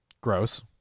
Gross